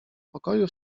pokoju